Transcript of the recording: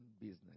business